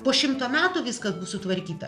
po šimto metų viskas bus sutvarkyta